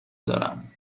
دارم